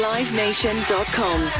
LiveNation.com